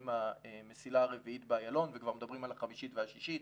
עם המסילה הרביעית באיילון וכבר מדברים על החמישית והשישית,